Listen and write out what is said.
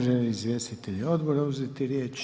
Žele li izvjestitelji odbora uzeti riječ?